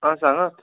आं सांगात